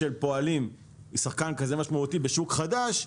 של בנק הפועלים היא שחקן כזה משמעותי בשוק חדש,